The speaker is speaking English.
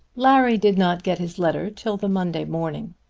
larry did not get his letter till the monday morning.